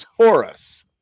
Taurus